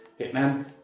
Hitman